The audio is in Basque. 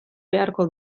beharko